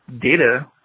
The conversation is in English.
data